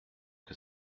que